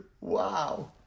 Wow